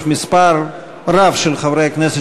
נרשמו לדיון הזה מספר רב של חברי כנסת,